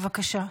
בבקשה.